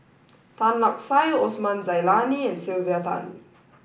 Tan Lark Sye Osman Zailani and Sylvia Tan